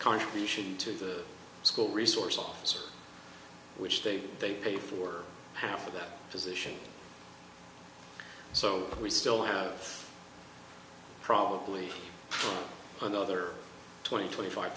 contributions to the school resource officer which they pay for half of that position so we still have probably another twenty twenty five